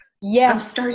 Yes